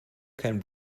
kein